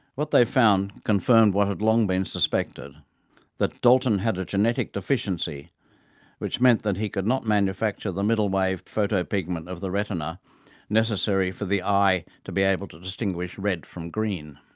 what they found confirmed what had long been suspected that dalton had a genetic deficiency which meant that he could not manufacture the middlewave photopigment of the retina necessary for the eye to be able to distinguish red from green.